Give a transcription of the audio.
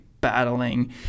battling